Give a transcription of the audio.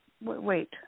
wait